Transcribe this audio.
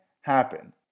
happen